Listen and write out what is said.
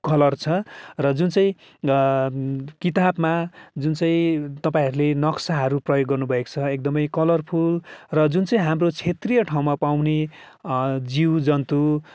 colour छ र जुन चाहिँ किताबमा जुन चाहिँ तपाईँहरूले नक्साहरू प्रयोग गर्नुभएको छ एकदमै कलरफुल र जुन चाहिँ हाम्रो क्षेत्रीय ठाउँमा पाउने जीव जन्तु